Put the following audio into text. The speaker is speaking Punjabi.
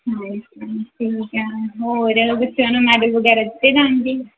ਜੀ ਠੀਕ ਆ ਹਾ ਹੋਰ ਬੱਚਿਆਂ ਨੂੰ ਮੈਡਲ ਵਗੈਰਾ ਦਿੱਤੇ ਜਾਣਗੇ